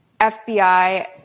FBI